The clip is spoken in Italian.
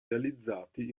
realizzati